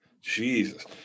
jesus